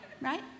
right